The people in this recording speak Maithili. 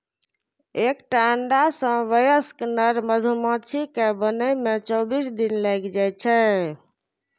एकटा अंडा सं वयस्क नर मधुमाछी कें बनै मे चौबीस दिन लागै छै